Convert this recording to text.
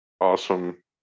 awesome